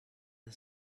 and